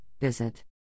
visit